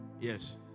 yes